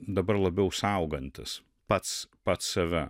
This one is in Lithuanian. dabar labiau saugantis pats pats save